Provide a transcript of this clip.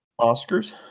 Oscars